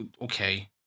Okay